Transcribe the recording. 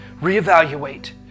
Reevaluate